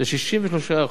ל-63%.